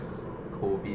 COVID